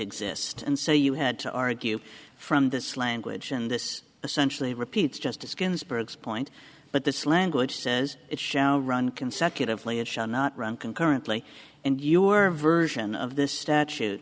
exist and so you had to argue from this language and this essentially repeats justice ginsburg's point but this language says it shall run consecutively it shall not run concurrently and your version of this statute